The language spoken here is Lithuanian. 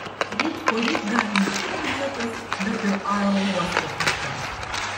ryt poryt gali ne tik biudžetas bet ir aerouostas nuskęsti